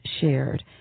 shared